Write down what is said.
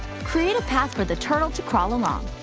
create a path for the turtle to crawl along.